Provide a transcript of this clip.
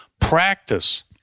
practice